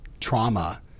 trauma